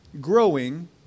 growing